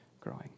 growing